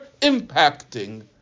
impacting